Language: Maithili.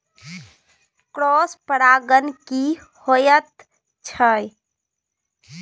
क्रॉस परागण की होयत छै?